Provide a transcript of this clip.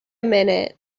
minute